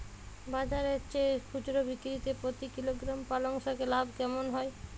বাজারের চেয়ে খুচরো বিক্রিতে প্রতি কিলোগ্রাম পালং শাকে লাভ কেমন হয়?